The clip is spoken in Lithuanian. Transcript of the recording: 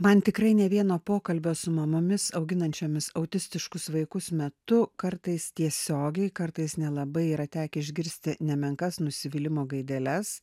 man tikrai ne vieno pokalbio su mamomis auginančiomis autistiškus vaikus metu kartais tiesiogiai kartais nelabai yra tekę išgirsti nemenkas nusivylimo gaideles